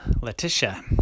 Letitia